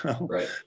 right